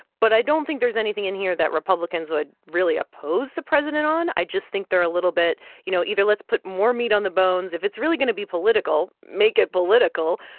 but i don't think there's anything in here that republicans would really oppose the president on. i just think they're a little bit you know, either let's put more meat on the bones. if it's really going to be political, make it political.